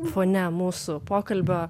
fone mūsų pokalbio